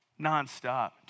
nonstop